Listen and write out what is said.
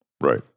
Right